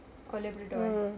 oh labrador eh